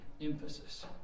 emphasis